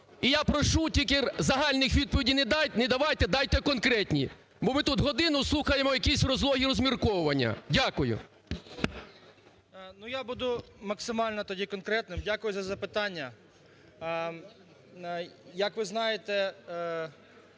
І я прошу, тільки загальних відповідей не давайте, дайте конкретні, бо ми тут годину слухаємо якісь розлогі розмірковування. Дякую. 10:48:24 ДАНИЛЮК О.О. Ну, я буду максимально тоді конкретним. Дякую за запитання. Як ви знаєте,